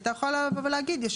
היא הייתה יכולה לבוא ולהגיד יש